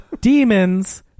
demons